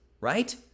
right